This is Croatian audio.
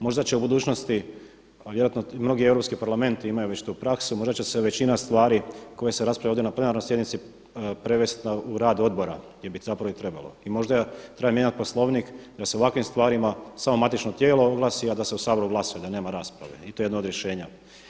Možda će u budućnosti a vjerojatno mnogi europski parlamenti imaju već tu praksu, možda će se većina stvari koje se raspravljaju ovdje na plenarnoj sjednici prevesti u rad odbora gdje bi zapravo i trebalo, i možda treba mijenjati Poslovnik da se o ovakvim stvarima samo matično tijelo oglasi a da se u Saboru glasuje, da nema rasprave i to je jedno od rješenja.